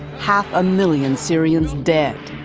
half a million syrians dead.